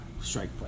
strike